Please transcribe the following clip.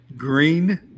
Green